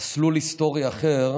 במסלול היסטורי אחר